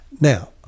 Now